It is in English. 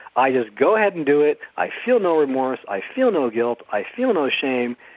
i just go ahead and do it, i feel no remorse, i feel no guilt, i feel no shame'.